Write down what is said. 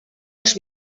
els